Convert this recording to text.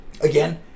again